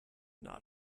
not